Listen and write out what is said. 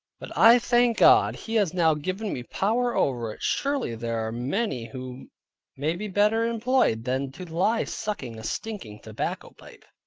but i thank god, he has now given me power over it surely there are many who may be better employed than to lie sucking a stinking tobacco-pipe.